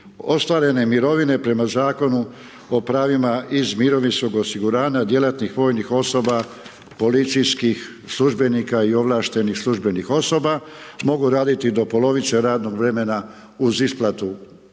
ostvarene mirovine prema Zakonu o pravima iz mirovinskog osiguranja djelatnih vojnih osoba, policijskih službenika i ovlaštenih službenih osoba mogu raditi do polovice radnog vremena uz isplatu